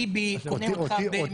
ביבי קונה אותך בנזיד עדשים.